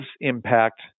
impact